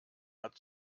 hat